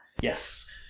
Yes